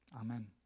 Amen